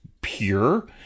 pure